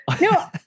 no